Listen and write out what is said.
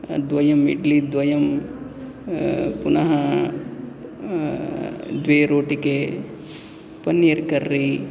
द्वयम् इड्ली द्वयं पुनः द्वे रोटिके पनीर् कर्रि